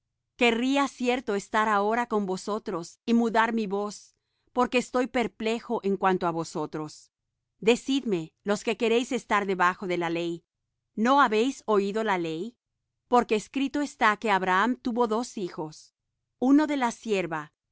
querría cierto estar ahora con vosotros y mudar mi voz porque estoy perplejo en cuanto á vosotros decidme los que queréis estar debajo de la ley no habéis oído la ley porque escrito está que abraham tuvo dos hijos uno de la sierva